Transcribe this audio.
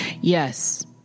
Yes